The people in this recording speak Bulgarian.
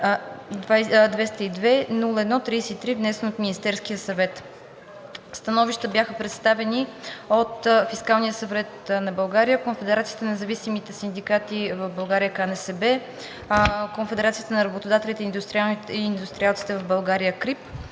47-202-01-33, внесен от Министерския съвет. Становища бяха представени от Фискалния съвет, Конфедерацията на независимите синдикати в България (КНСБ), Конфедерацията на работодателите и индустриалците в България (КРИБ),